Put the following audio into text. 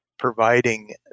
providing